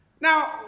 Now